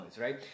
right